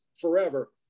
forever